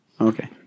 Okay